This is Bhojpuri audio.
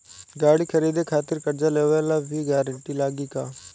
गाड़ी खरीदे खातिर कर्जा लेवे ला भी गारंटी लागी का?